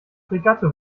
fregatte